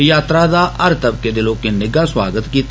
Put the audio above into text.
यात्रा दा हर तबके दे लोकें निग्गर सोआग्त कीता